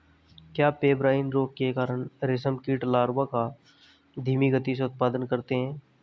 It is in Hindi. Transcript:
क्या पेब्राइन रोग के कारण रेशम कीट लार्वा का धीमी गति से उत्पादन करते हैं?